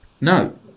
No